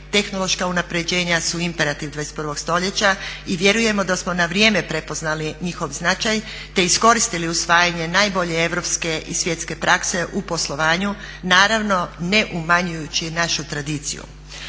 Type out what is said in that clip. tehnološka unapređenja su imperativ 21. stoljeća i vjerujemo da smo na vrijeme prepoznali njihov značaj te iskoristili usvajanje najbolje europske i svjetske prakse u poslovanju, naravno ne umanjujući našu tradiciju.